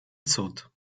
cud